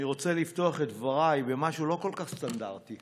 אני רוצה לפתוח את דבריי במשהו לא כל כך סטנדרטי.